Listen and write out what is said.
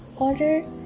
order